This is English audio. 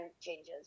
changes